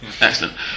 excellent